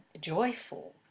joyful